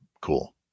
cool